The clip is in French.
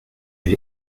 elle